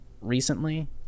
recently